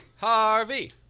Harvey